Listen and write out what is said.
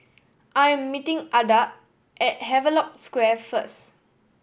I am meeting Adda at Havelock Square first